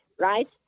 Right